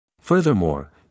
Furthermore